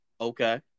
Okay